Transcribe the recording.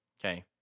Okay